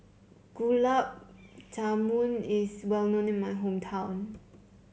Gulab Jamun is well known in my hometown